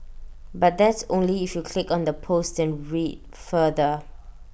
but that's only if you click on the post and read further